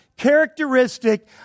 characteristic